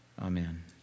Amen